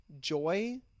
Joy